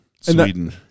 Sweden